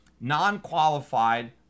non-qualified